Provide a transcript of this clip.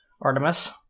artemis